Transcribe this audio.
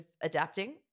adapting